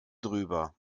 drüber